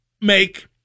make